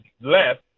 left